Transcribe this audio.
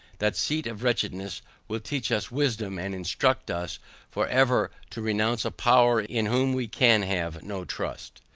that seat of wretchedness will teach us wisdom, and instruct us for ever to renounce a power in whom we can have no trust.